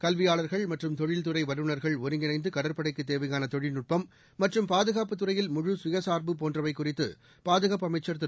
கல்வியாளர்கள் மற்றம் தொழில்துறைவல்லுநர்கள் ஒருங்கிணைந்துகடற்படைக்குத் தேவையாளதொழில்நுட்டம் மற்றும் பாதுகாப்புத் துறையில் முழு சுயசார்பு போன்றவைகுறித்துபாதுகாப்பு அமைச்சர் திரு